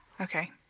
Okay